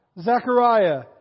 Zechariah